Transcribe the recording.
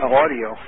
audio